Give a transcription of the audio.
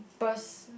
burst